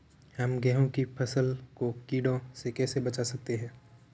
हम गेहूँ की फसल को कीड़ों से कैसे बचा सकते हैं?